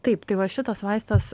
taip tai va šitas vaistas